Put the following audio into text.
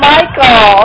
Michael